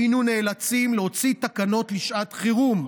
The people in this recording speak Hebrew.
היינו נאלצים להוציא תקנות לשעת חירום.